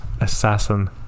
assassin